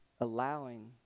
allowing